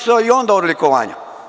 se i onda odlikovanja.